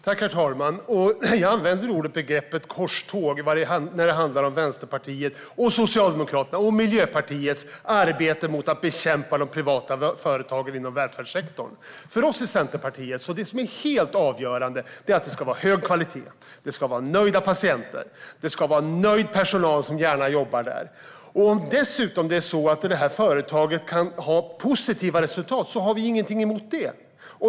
Herr talman! Ja, jag använder begreppet "korståg" när det handlar om Vänsterpartiets, Socialdemokraternas och Miljöpartiets arbete för att bekämpa de privata företagen inom välfärdssektorn. Det som är helt avgörande för oss i Centerpartiet är att det ska vara hög kvalitet, nöjda patienter och nöjd personal som gärna jobbar kvar. Om det dessutom är så att det här företaget kan ha positiva resultat har vi ingenting emot det.